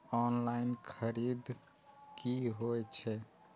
Online खरीद की होए छै?